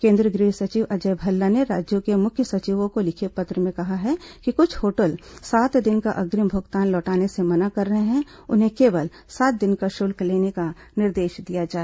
केन्द्रीय गृह सचिव अजय भल्ला ने राज्यों के मुख्य सचिवों को लिखे पत्र में कहा है कि कुछ होटल सात दिन का अग्रिम भुगतान लौटाने से मना कर रहे हैं उन्हें केवल सात दिन का शुल्क लेने का निर्देश दिया जाए